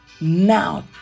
now